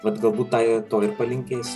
vat galbūt tą to ir palinkėsiu